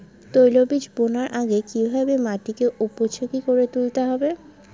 তৈলবীজ বোনার আগে কিভাবে মাটিকে উপযোগী করে তুলতে হবে?